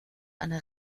einer